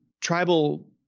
Tribal